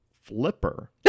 Flipper